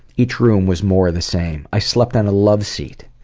each room was more of the same. i slept on a love seat.